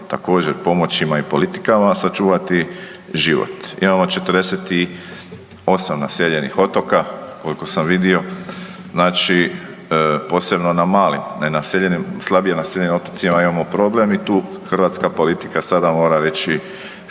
također pomoćima i politikama sačuvati život. Imamo 48 naseljenih otoka, koliko sam vidio, znači posebno na malim slabije naseljenim otocima imamo problem i tu hrvatska politika sada mora reći